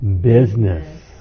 business